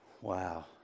Wow